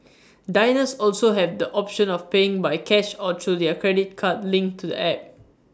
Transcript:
diners also have the option of paying by cash or through their credit card linked to the app